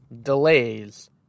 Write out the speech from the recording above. delays